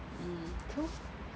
mm okay lor